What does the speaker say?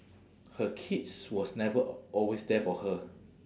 her kids was never always there for her